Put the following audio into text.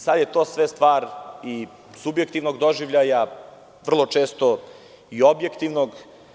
Sada je to sve stvar i subjektivnog doživljaja, vrlo često i objektivnog.